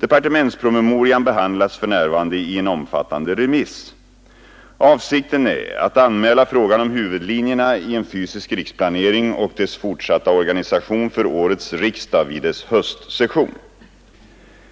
Departementspromemorian behandlas för närvarande i en omfattande remiss. Avsikten är att anmäla frågan om huvudlinjerna i en fysisk riksplanering och dess fortsatta organisation för årets riksdag vid dess höstsession.